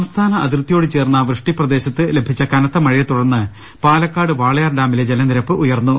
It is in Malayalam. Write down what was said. സംസ്ഥാന അതിർത്തിയോടു ചേർന്ന വൃഷ്ടിപ്രദേശത്തു ലഭിച്ച കനത്ത മഴ യെത്തുടർന്ന് പാലക്കാട് വാളയാർ ഡാമിലെ ജലനിരപ്പ് ഉയർന്നു